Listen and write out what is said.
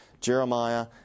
Jeremiah